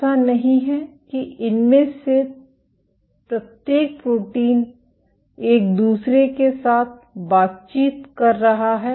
ऐसा नहीं है कि इनमें से प्रत्येक प्रोटीन एक दूसरे के साथ बातचीत कर रहा है